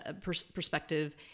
perspective